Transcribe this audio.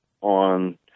on